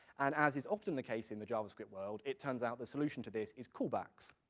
and as is often the case in the javascript world, it turns out the solution to this is callbacks.